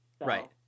right